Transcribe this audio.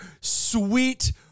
sweet